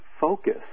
focus